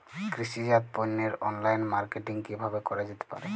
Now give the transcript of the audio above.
কৃষিজাত পণ্যের online marketing কিভাবে করা যেতে পারে?